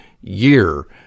year